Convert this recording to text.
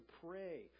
pray